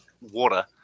water